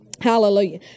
Hallelujah